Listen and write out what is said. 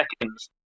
seconds